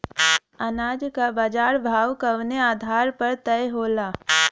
अनाज क बाजार भाव कवने आधार पर तय होला?